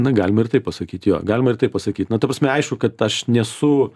na galima ir taip pasakyt jo galima ir taip pasakyt na ta prasme aišku kad aš nesu